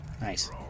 Nice